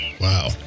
Wow